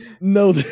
No